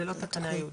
זה לא תקנה ייעודית.